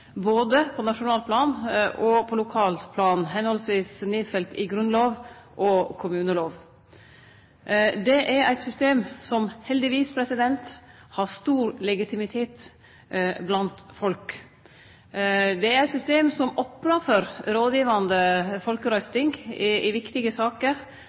både på nasjonalt og lokalt plan, og som er nedfelt i Grunnlova og kommunelova. Det er eit system som heldigvis har stor legitimitet blant folk. Det er eit system som opnar for rådgjevande folkerøysting i viktige saker.